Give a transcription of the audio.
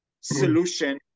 solution